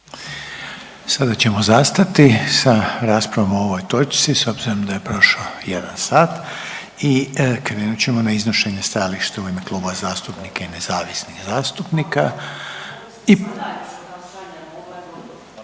Sada ćemo zastati sa raspravom o ovoj točci s obzirom da je prošao jedan sat i krenut ćemo na iznošenje stajališta u ime klubova zastupnika i nezavisnih zastupnika.